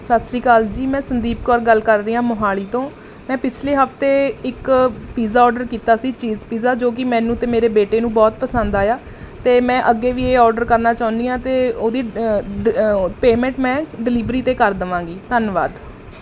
ਸਤਿ ਸ਼੍ਰੀ ਅਕਾਲ ਜੀ ਮੈਂ ਸੰਦੀਪ ਕੌਰ ਗੱਲ ਕਰ ਰਹੀ ਹਾਂ ਮੋਹਾਲੀ ਤੋਂ ਮੈਂ ਪਿਛਲੇ ਹਫ਼ਤੇ ਇੱਕ ਪੀਜ਼ਾ ਔਡਰ ਕੀਤਾ ਸੀ ਚੀਜ਼ ਪੀਜ਼ਾ ਜੋ ਕਿ ਮੈਨੂੰ ਅਤੇ ਮੇਰੇ ਬੇਟੇ ਨੂੰ ਬਹੁਤ ਪਸੰਦ ਆਇਆ ਅਤੇ ਮੈਂ ਅੱਗੇ ਵੀ ਇਹ ਔਡਰ ਕਰਨਾ ਚਾਹੁੰਦੀ ਹਾਂ ਅਤੇ ਉਹਦੀ ਡ ਪੇਮੈਂਟ ਮੈਂ ਡਿਲੀਵਰੀ 'ਤੇ ਕਰ ਦੇਵਾਂਗੀ ਧੰਨਵਾਦ